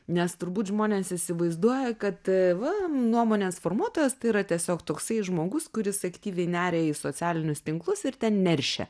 nes turbūt žmonės įsivaizduoja kad va nuomonės formuotojas tai yra tiesiog toksai žmogus kuris aktyviai neria į socialinius tinklus ir ten neršia